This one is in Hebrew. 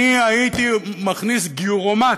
אני הייתי מכניס גיורומט,